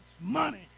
money